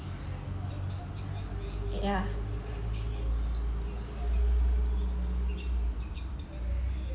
yeah